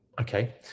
Okay